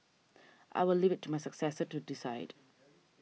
I will leave it to my successor to decide